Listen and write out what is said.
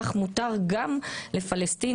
כך מותר גם לפלסטיני,